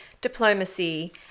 diplomacy